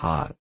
Hot